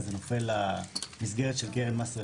לדעתי זה נופל למסגרת של קרן מס רכוש.